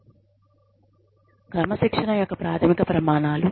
క్రమశిక్షణ యొక్క ప్రాథమిక ప్రమాణాలు